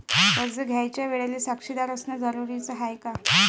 कर्ज घ्यायच्या वेळेले साक्षीदार असनं जरुरीच हाय का?